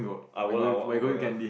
I won't I won't I'm not going ah